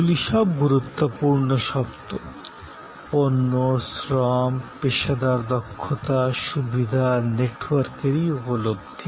এগুলি সব গুরুত্বপূর্ণ শব্দ পণ্য শ্রম পেশাদার দক্ষতা সুবিধা নেটওয়ার্কের এই উপলব্ধি